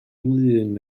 lŷn